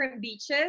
beaches